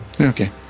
Okay